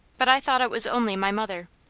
but i thought it was only my mother.